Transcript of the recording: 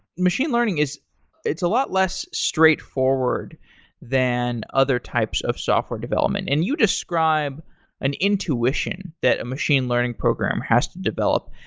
machine learning is it's a lot less straightforward than other types of software development. and you describe an intuition that a machine learning program has to develop.